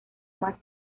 más